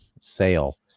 sale